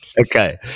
Okay